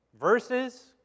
verses